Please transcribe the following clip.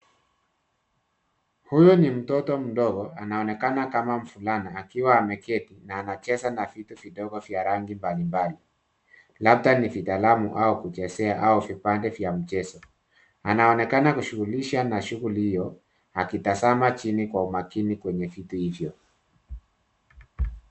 Huyu ni mtoto mdogo, anaonekana kuwa mvulana akiwa ameketi na anacheza na vitu vidogo vya rangi mbalimbali. Huenda ni midalabu ya kuchezea au vipande vya mchezo. Anaonekana kushughulika kwa makini na shughuli hiyo, akiwa ametazama chini kwa umakinifu kwenye vitu hivyo.